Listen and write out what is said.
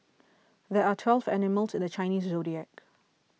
there are twelve animals in the Chinese zodiac